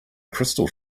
crystal